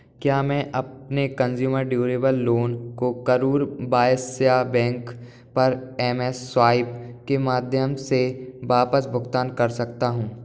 क्या मैं अपने कंज़्यूमर ड्यूरेबल लोन को करूर वायस्या बैंक पर एम स्वाइप के माध्यम से वापस भुगतान कर सकता हूँ